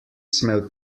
smel